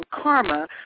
karma